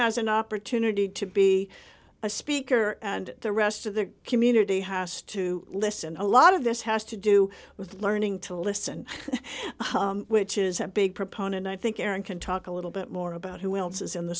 has an opportunity to be a speaker and the rest of the community has to listen a lot of this has to do with learning to listen which is a big proponent i think aaron can talk a little bit more about who else is in the